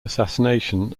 assassination